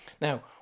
Now